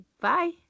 Bye